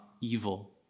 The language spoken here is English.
evil